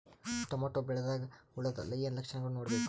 Tomato ಬೆಳಿದಾಗ್ ಹುಳದ ಏನ್ ಲಕ್ಷಣಗಳು ನೋಡ್ಬೇಕು?